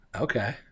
Okay